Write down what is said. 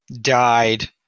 Died